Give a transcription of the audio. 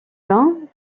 vint